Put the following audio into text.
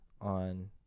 on